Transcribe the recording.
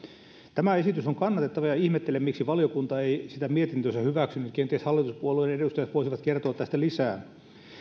tämä esitys on kannatettava ja ihmettelen miksi valiokunta ei sitä mietintöönsä hyväksynyt kenties hallituspuolueiden edustajat voisivat kertoa tästä lisää